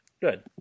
Good